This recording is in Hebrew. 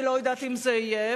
אני לא יודעת אם זה יהיה,